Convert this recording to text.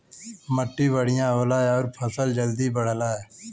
मट्टी बढ़िया होला आउर फसल जल्दी बढ़ला